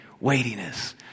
weightiness